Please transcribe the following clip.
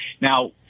now